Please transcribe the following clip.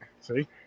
See